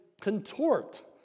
contort